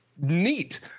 neat